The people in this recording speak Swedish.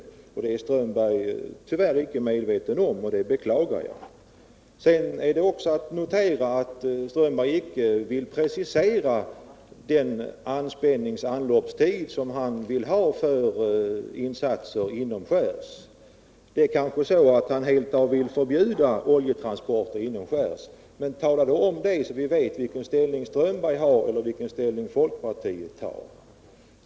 Detta är Karl-Erik Strömberg tyvärr inte medveten om, vilket jag beklagar. Vidare är det att notera att Karl-Erik Strömberg inte vill precisera den anspänningsoch anloppstid som han vill ha för insatser inomskärs. Det är kanske så att herr Strömberg vill helt förbjuda oljetransporter inomskärs? Men tala då om det, så att vi vet vilken ställning som herr Strömberg eller folkpartiet har!